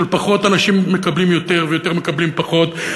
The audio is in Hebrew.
של פחות אנשים מקבלים יותר ויותר אנשים מקבלים פחות,